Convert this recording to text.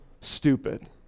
stupid